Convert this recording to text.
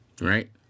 right